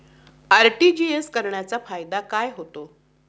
RTGS करण्याचा फायदा काय होतो?